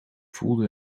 voelde